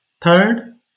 Third